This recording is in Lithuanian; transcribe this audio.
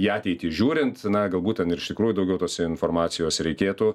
į ateitį žiūrint na galbūt ten ir iš tikrųjų daugiau tos informacijos reikėtų